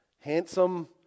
handsome